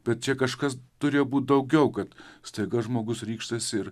bet čia kažkas turėjo būti daugiau kad staiga žmogus ryžtasi ir